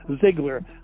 Ziegler